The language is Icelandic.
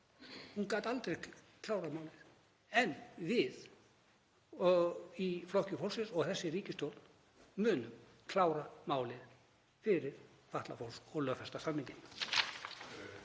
hún gat aldrei klárað málið. En við í Flokki fólksins og þessi ríkisstjórn munum klára málið fyrir fatlað fólk og lögfesta samninginn.